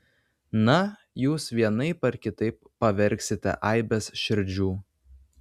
na jūs vienaip ar kitaip pavergsite aibes širdžių